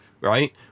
right